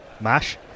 mash